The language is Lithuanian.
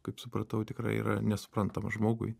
kaip supratau tikrai yra nesuprantama žmogui